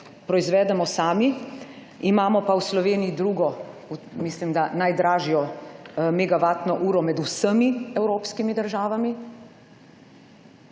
proizvedemo sami, imamo pa v Sloveniji mislim da drugo najdražjo megavatno uro med vsemi evropskimi državami.